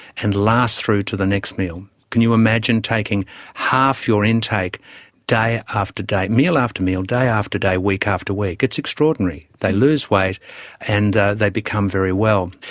and last through to the next meal. can you imagine taking half your intake day after day, meal after meal, day after day, week after week? it's extraordinary. they lose weight and they become very well.